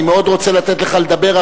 אני מאוד רוצה לתת לך לדבר.